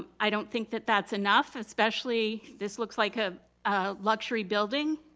i don't think that that's enough, especially, this looks like ah a luxury building.